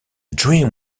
dream